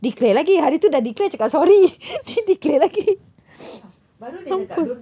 declare lagi hari tu dah declare cakap sorry then declare lagi mampus